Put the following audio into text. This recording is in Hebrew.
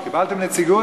קיבלתם נציגות?